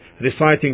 reciting